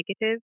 negative